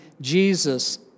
Jesus